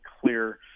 clear